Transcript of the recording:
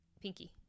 Pinky